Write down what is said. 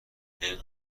این